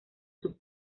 sub